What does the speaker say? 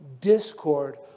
discord